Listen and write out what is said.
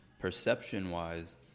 perception-wise